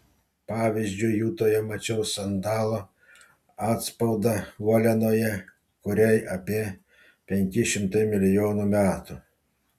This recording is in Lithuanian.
pavyzdžiui jutoje mačiau sandalo atspaudą uolienoje kuriai apie penki šimtai milijonų metų